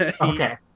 Okay